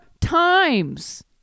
times